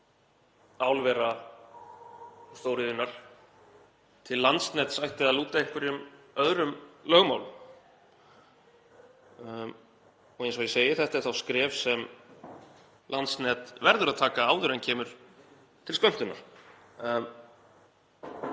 álvera, stóriðjunnar, til Landsnets ætti að lúta einhverjum öðrum lögmálum. Eins og ég segi, þetta er skref sem Landsnet verður að taka áður en kemur til skömmtunar.